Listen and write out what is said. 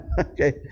Okay